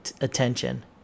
attention